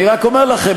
אני רק אומר לכם,